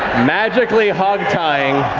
magically hogtying